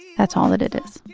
that's all that it is